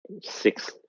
six